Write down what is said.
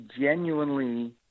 genuinely